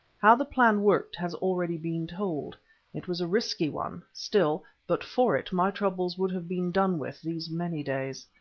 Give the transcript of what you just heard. how the plan worked has already been told it was a risky one still, but for it my troubles would have been done with these many days.